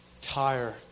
tire